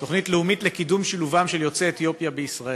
תוכנית לאומית לקידום שילובם של יוצאי אתיופיה בישראל.